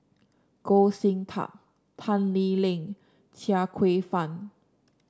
Goh Sin Tub Tan Lee Leng Chia Kwek Fah